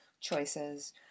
choices